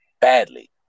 badly